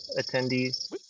attendees